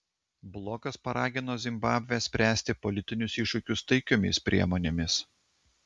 blokas paragino zimbabvę spręsti politinius iššūkius taikiomis priemonėmis